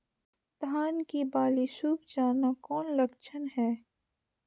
धान की बाली सुख जाना कौन लक्षण हैं?